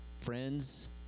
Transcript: friends